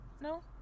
No